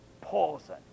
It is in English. poison